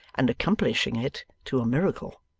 and accomplishing it to a miracle.